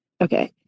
Okay